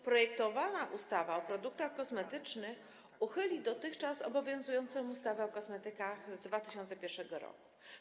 Projektowana ustawa o produktach kosmetycznych uchyli dotychczas obowiązującą ustawę o kosmetykach z 2001 r.